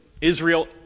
Israel